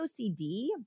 OCD